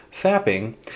fapping